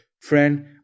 friend